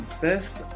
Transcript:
best